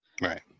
Right